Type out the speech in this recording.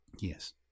Yes